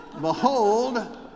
behold